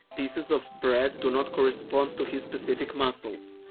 pieces of bread do not correspond to his specific muscles.